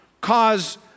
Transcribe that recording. cause